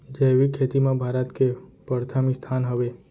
जैविक खेती मा भारत के परथम स्थान हवे